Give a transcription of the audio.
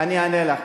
אני אענה לך.